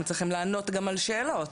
הם צריכים לענות גם על שאלות.